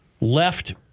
left